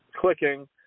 clicking